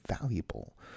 valuable